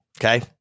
Okay